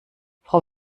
frau